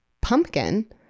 pumpkin